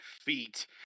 feet